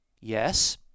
Yes